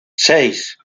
seis